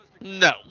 no